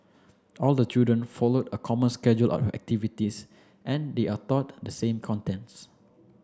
all the children follow a common schedule of activities and they are taught the same contents